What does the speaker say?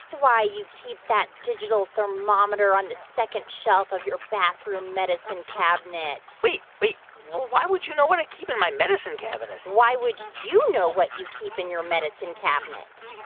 so why you keep that digital thermometer on the second shelf of your bathroom medicine cabinet wait, wait, why would you know what i keep in my medicine cabinet? why would you know what you keep in your medicine cabinet?